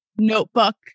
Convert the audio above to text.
notebook